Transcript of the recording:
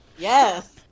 Yes